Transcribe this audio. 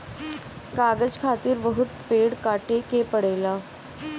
कागज खातिर बहुत पेड़ काटे के पड़ेला